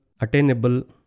attainable